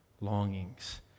longings